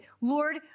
Lord